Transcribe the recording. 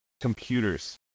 computers